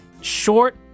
short